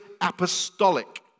apostolic